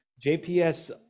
JPS